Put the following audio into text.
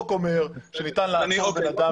בסדר,